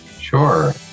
Sure